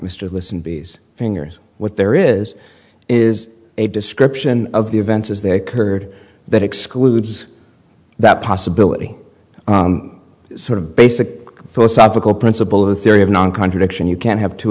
mr listen bs fingers what there is is a description of the events as they occurred that excludes that possibility sort of basic philosophical principle of the theory of non contradiction you can't have t